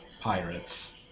pirates